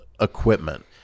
equipment